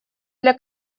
для